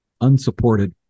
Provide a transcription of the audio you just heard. unsupported